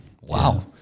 Wow